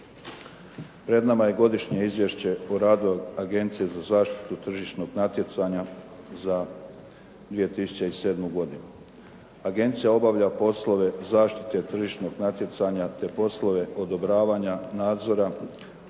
Pred nama je Godišnje izvješće o radu Agencije za zaštitu tržišnog natjecanja za 2007. godinu. Agencija obavlja poslove zaštite tržišnog natjecanja te poslove odobravanja nadzora,